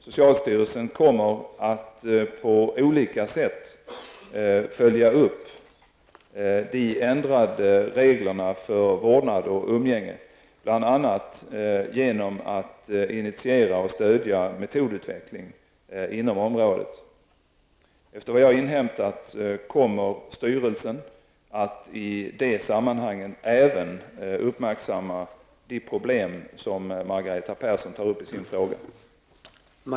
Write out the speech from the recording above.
Socialstyrelsen kommer att på olika sätt följa upp de ändrade reglerna för vårdnad och umgänge, bl.a. genom att initiera och stödja metodutveckling inom området. Efter vad jag inhämtat, kommer styrelsen att i det sammanhanget även uppmärksamma de problem som Margareta Persson tar upp i sin fråga.